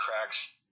cracks –